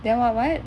then what what